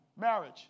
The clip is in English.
marriage